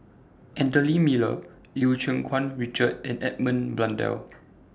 Anthony Miller EU Keng Mun Richard and Edmund Blundell